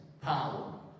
Power